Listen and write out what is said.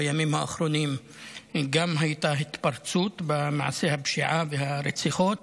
בימים האחרונים גם הייתה התפרצות במעשי הפשיעה והרציחות.